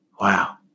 Wow